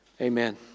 Amen